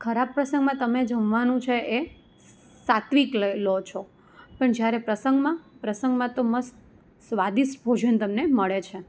ખરાબ પ્રસંગમાં તમે જમવાનું છે એ સાત્વિક લો છો પણ જ્યારે પ્રસંગમાં પ્રસંગમાં તો મસ્ત સ્વાદિષ્ટ ભોજન તમને મળે છે